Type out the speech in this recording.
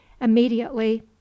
immediately